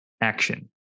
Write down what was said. action